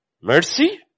mercy